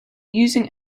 using